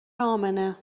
امنه